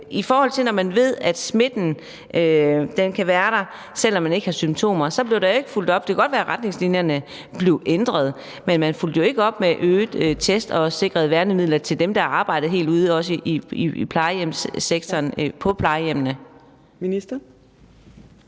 i forhold til at man vidste, at smitten kan være der, selv om man ikke har symptomer, blev der jo ikke fulgt op. Det kan godt være, at retningslinjerne blev ændret, men man fulgte jo ikke op med øgede tests og sikrede ikke værnemidler til dem, der arbejdede helt derude, også i plejehjemssektoren på plejehjemmene. Kl.